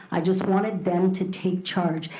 i just wanted them to take charge,